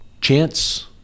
chance